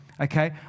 okay